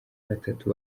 batatu